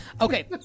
okay